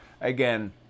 again